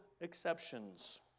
exceptions